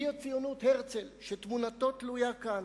אבי הציונות, הרצל, שתמונתו תלויה כאן,